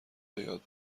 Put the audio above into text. بیاد